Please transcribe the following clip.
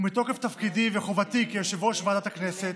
ומתוקף תפקידי וחובתי כיושב-ראש ועדת הכנסת,